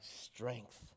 strength